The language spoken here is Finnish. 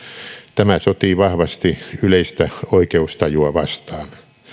tämä sotii vahvasti yleistä oikeustajua vastaan